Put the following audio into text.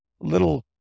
little